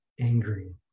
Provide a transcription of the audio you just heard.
angry